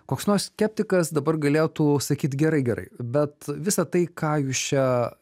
koks nors skeptikas dabar galėtų sakyt gerai gerai bet visa tai ką jūs čia